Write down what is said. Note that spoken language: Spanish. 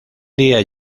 día